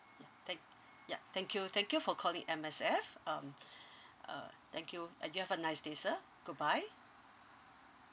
ya thank ya thank you thank you for calling M_S_F um uh thank you uh you have a nice day sir goodbye